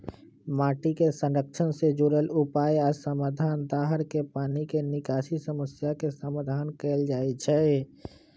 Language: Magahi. माटी के संरक्षण से जुरल उपाय आ समाधान, दाहर के पानी के निकासी समस्या के समाधान कएल जाइछइ